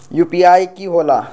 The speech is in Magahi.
यू.पी.आई कि होला?